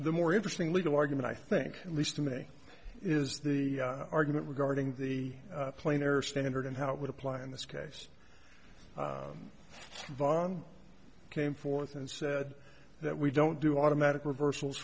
the more interesting legal argument i think at least to me is the argument regarding the planar standard and how it would apply in this case vonn came forth and said that we don't do automatic reversal